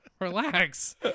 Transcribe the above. relax